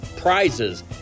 prizes